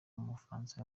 w’umufaransa